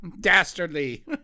Dastardly